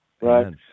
Right